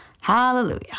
Hallelujah